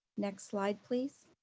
next slide, please.